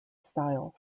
style